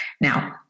Now